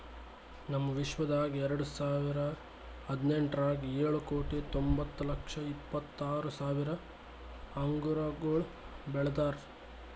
ನಮ್ ವಿಶ್ವದಾಗ್ ಎರಡು ಸಾವಿರ ಹದಿನೆಂಟರಾಗ್ ಏಳು ಕೋಟಿ ತೊಂಬತ್ತು ಲಕ್ಷ ಇಪ್ಪತ್ತು ಆರು ಸಾವಿರ ಅಂಗುರಗೊಳ್ ಬೆಳದಾರ್